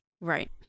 Right